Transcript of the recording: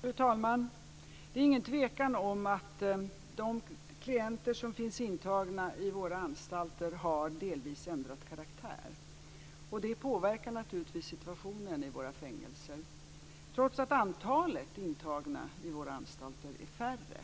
Fru talman! Det är ingen tvekan om att de klienter som finns intagna i våra anstalter delvis har ändrat karaktär. Det påverkar naturligtvis situationen i våra fängelser. Trots att antalet intagna i våra anstalter är mindre,